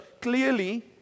clearly